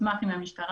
אשמח אם המשטרה